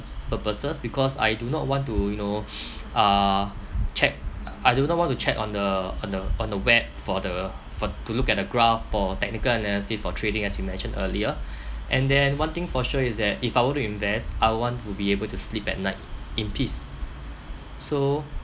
purposes because I do not want to you know uh check I do not want to check on the on the on the web for the for to look at the graph for technical analysis for trading as you mentioned earlier and then one thing for sure is that if I were to invest I want to be able to sleep at night in peace so